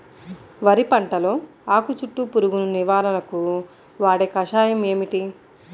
వరి పంటలో ఆకు చుట్టూ పురుగును నివారణకు వాడే కషాయం ఏమిటి?